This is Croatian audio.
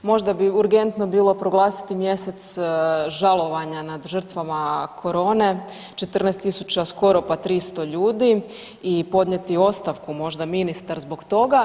Možda bi urgentno bilo proglasiti mjesec žalovanja nad žrtvama corone 14 000 skoro pa 300 ljudi i podnijeti ostavku možda ministar zbog toga.